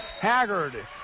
Haggard